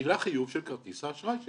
מפעילה חיוב של כרטיס האשראי שלך.